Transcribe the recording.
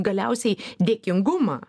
galiausiai dėkingumą